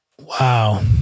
Wow